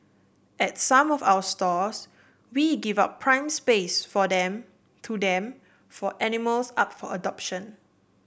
at some of our stores we give out prime space for them to them for animals up for adoption